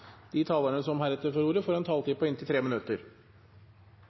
De talere som heretter får ordet, har en taletid på inntil 3 minutter.